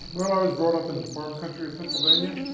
well, i was brought up in farm country of pennsylvania.